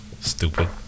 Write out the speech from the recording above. stupid